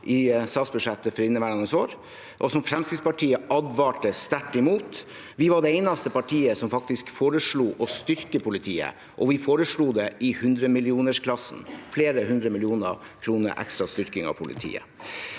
i statsbudsjettet for inneværende år, og som Fremskrittspartiet advarte sterkt imot. Vi var det eneste partiet som faktisk foreslo å styrke politiet, og vi foreslo det i hundremillionersklassen: flere hundre millioner kroner til ekstra styrking av politiet.